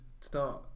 start